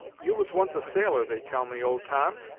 you was once a sailor, they tell me, old tom?